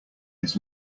his